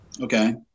Okay